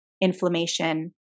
inflammation